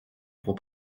pour